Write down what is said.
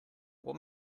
what